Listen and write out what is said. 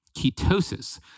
ketosis